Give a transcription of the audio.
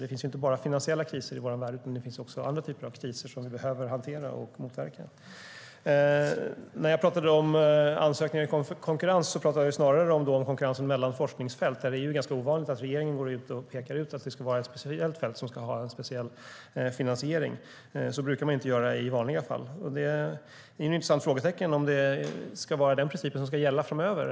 Det finns inte bara finansiella kriser i vår värld utan även andra sorters kriser som vi behöver hantera och motverka. Det är en intressant fråga om det är den principen som ska gälla framöver.